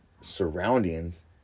surroundings